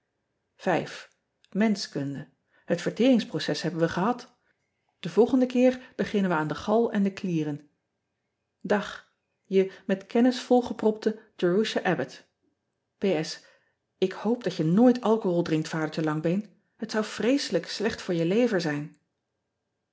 et verteringsproces hebben we gehad en volgenden keer beginnen we aan de gal en de klieren ag e met kennis volgepropte erusha bbott k hoop dat je nooit alcohol drinkt adertje angbeen et zou vreeselijk slecht voor je lever zijn